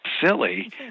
silly